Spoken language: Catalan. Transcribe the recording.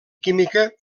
química